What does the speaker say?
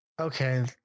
Okay